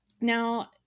Now